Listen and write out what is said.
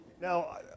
Now